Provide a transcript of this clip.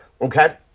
Okay